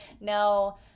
No